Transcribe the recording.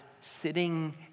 sitting